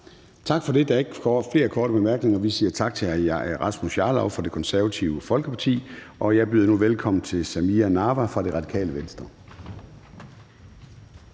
Tak for det. Der er ikke flere korte bemærkninger. Vi siger tak til hr. Rasmus Jarlov fra Det Konservative Folkeparti, og jeg byder nu velkommen til fru Samira Nawa fra Radikale Venstre.